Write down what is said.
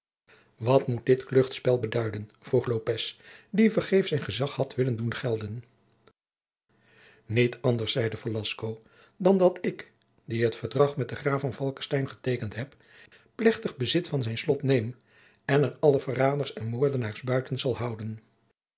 wat moet dit kluchtspel beduiden vroeg lopez die vergeefs zijn gezag had willen doen gelden niet anders zeide velasco dan dat ik die het verdrag met den graaf van falckestein geteekend heb plechtig bezit van zijn slot neem en er alle verraders en moordenaars buiten zal houden